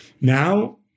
Now